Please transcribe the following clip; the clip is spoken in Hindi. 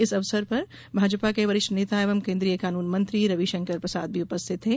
इस अवसर पर भाजपा के वरिष्ठ नेता एवं कोन्द्रीय कानून मंत्री रवि शंकर प्रसाद भी उपस्थित थे